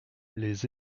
les